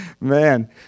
Man